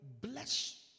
bless